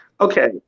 Okay